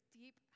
deep